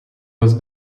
was